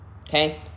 okay